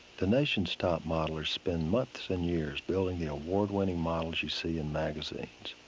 the nation's top modelers spend months and years building the award-winning models you see in magazines.